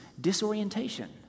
disorientation